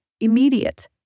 immediate